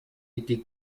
été